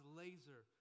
laser